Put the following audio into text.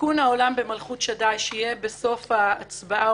תיקון העולם במלכות שדי שיהיה בסוף ההצבעה,